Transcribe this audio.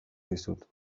dizut